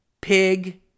pig